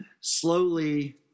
Slowly